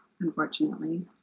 unfortunately